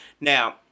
Now